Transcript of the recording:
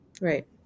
right